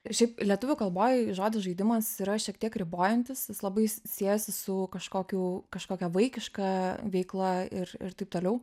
ir šiaip lietuvių kalboj žodis žaidimas yra šiek tiek ribojantis jis labai siejasi su kažkokiu kažkokia vaikiška veikla ir ir taip toliau